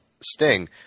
Sting